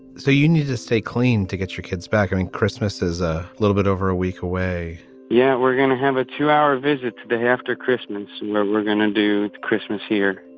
so you need to stay clean to get your kids back. mean christmas is a little bit over a week away yeah. we're gonna have a two hour visit to the after christmas where we're going to do christmas here.